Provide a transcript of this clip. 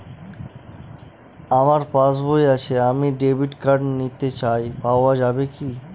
আমার পাসবই আছে আমি ডেবিট কার্ড নিতে চাই পাওয়া যাবে কি?